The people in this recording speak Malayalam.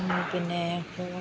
പിന്നെ